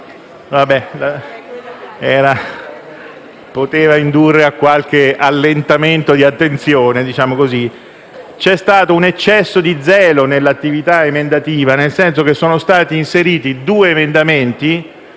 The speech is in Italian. poteva indurre a qualche allentamento di attenzione. C'è stato un eccesso di zelo nell'attività emendativa, nel senso che sono stati inseriti due emendamenti